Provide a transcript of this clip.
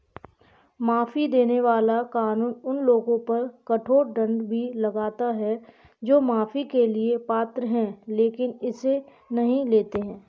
माफी देने वाला कानून उन लोगों पर कठोर दंड भी लगाता है जो माफी के लिए पात्र हैं लेकिन इसे नहीं लेते हैं